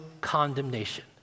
condemnation